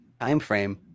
timeframe